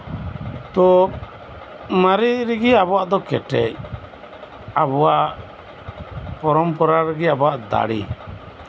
ᱛᱚ ᱢᱟᱨᱮ ᱨᱮᱜᱤ ᱟᱵᱚᱣᱟᱜ ᱫᱚ ᱠᱮᱴᱮᱡ ᱟᱵᱚᱣᱟᱜ ᱯᱚᱨᱚᱢᱯᱚᱨᱟ ᱨᱮᱜᱤ ᱟᱵᱚᱣᱟᱜ ᱫᱟᱲᱮ